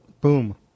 boom